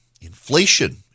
Inflation